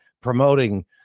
promoting